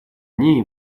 ней